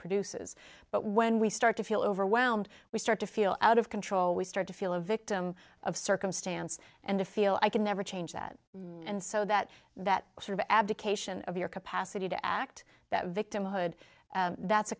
produces but when we start to feel overwhelmed we start to feel out of control we start to feel a victim of circumstance and to feel i can never change that and so that that sort of abdication of your capacity to act that victimhood that's